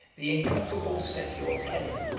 the incomparable statue of helen,